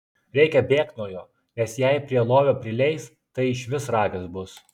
reikia bėgt nuo jo nes jei prie lovio prileis tai išvis ragas bus